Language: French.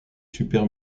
super